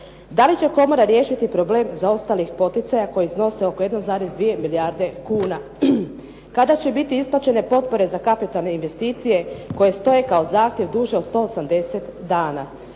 Da li će komora riješiti problem zaostalih poticaja koji iznose oko 1,2 milijarde kuna? Kada će biti isplaćene potpore za kapitalne investicije koje stoje kao zahtjev duže od 180 dana.